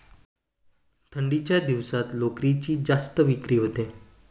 थंडीच्या दिवसात लोकरीची जास्त विक्री होते